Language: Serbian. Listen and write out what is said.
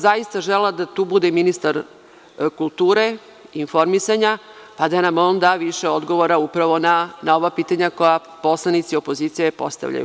Zaista bih želela da tu bude ministar kulture i informisanja, pa da nam on da više odgovora upravo na ova pitanja koja poslanici opozicije postavljaju.